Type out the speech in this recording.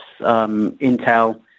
Intel